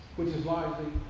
which is largely